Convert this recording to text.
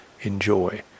Enjoy